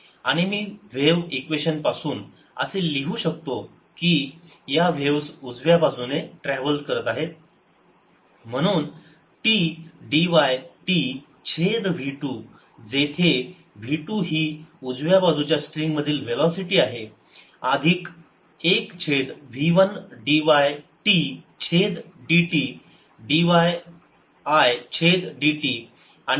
आणि मी wave equation पासून असे लिहू शकतो की या व्हेव्स उजव्या बाजूने ट्रॅव्हल करत आहे म्हणून T dy T छेद v2 जेथे v2 ही उजव्या बाजूच्या स्ट्रिंग मधील व्हेलॉसिटी आहे अधिक एक छेद v1 dy T छेद dt dy I छेद dt आणि हे सगळे शून्य असले पाहिजे